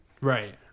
right